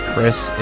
Chris